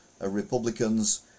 Republicans